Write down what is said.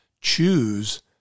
choose